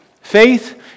Faith